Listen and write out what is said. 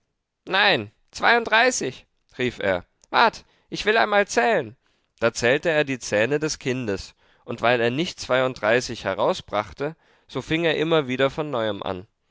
nein zweiunddreißig rief er wart ich will einmal zählen da zählte er die zähne des kindes und weil er nicht zweiunddreißig herausbrachte so fing er immer wieder von neuem an